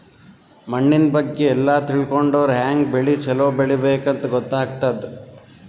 ಮಣ್ಣಿನ್ ಬಗ್ಗೆ ಎಲ್ಲ ತಿಳ್ಕೊಂಡರ್ ಹ್ಯಾಂಗ್ ಬೆಳಿ ಛಲೋ ಬೆಳಿಬೇಕ್ ಅಂತ್ ಗೊತ್ತಾಗ್ತದ್